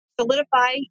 solidify